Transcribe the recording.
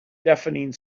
deafening